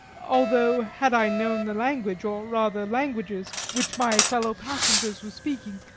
although had i known the language, or rather languages, which my fellow-passengers were speaking,